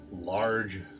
large